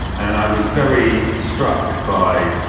and i was very struck by,